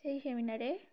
সেই সেমিনারে